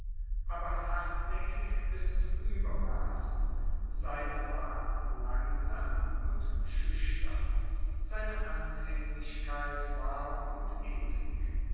aber hartnäckig bis zum übermaß seine wahl langsam und schüchtern seine anhänglichkeit warm und ewig